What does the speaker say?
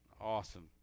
Awesome